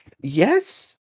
Yes